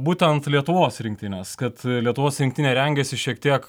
būtent lietuvos rinktinės kad lietuvos rinktinė rengiasi šiek tiek